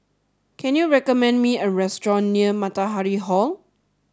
can you recommend me a restaurant near Matahari Hall